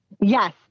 Yes